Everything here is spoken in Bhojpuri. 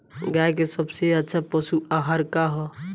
गाय के सबसे अच्छा पशु आहार का ह?